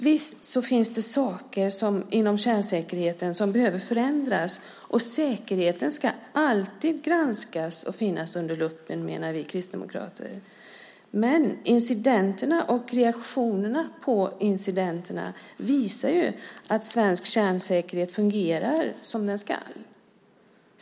Visst finns det saker inom kärnsäkerheten som behöver förändras. Säkerheten ska alltid granskas och finnas under luppen, menar vi kristdemokrater. Incidenterna och reaktionerna på incidenterna visar dock att svensk kärnsäkerhet fungerar som den ska.